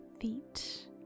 feet